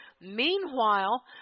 Meanwhile